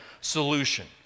solution